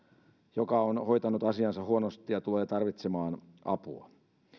joka on hoitanut asiansa huonosti ja tulee tarvitsemaan apua